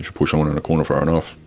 push someone in a corner far enough,